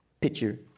picture